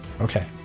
Okay